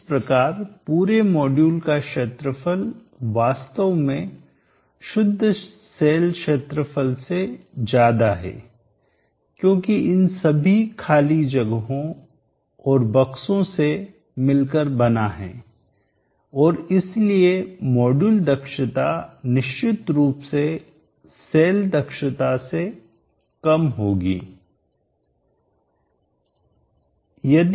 इस प्रकार पूरे मॉड्यूल का क्षेत्रफल वास्तव में शुद्ध सेल क्षेत्रफल से ज्यादा है क्योंकि यह इन सभी खाली जगहों और बक्सों केस से मिलकर बना है और इसलिए मॉड्यूल दक्षता एफिशिएंसी निश्चित रूप से सेल दक्षताएफिशिएंसी से कम होगी